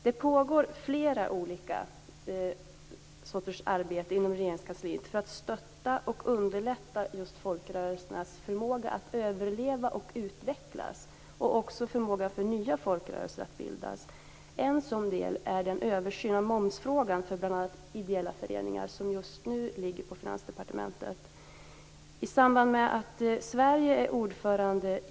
Det pågår flera olika sorters arbete inom Regeringskansliet för att stödja och underlätta folkrörelsernas förmåga att överleva och utvecklas, och också för att göra det möjligt för nya folkrörelser att bildas. En del av detta är den översyn av momsfrågan för bl.a. ideella föreningar som just nu ligger på Finansdepartementets bord.